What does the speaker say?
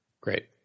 Great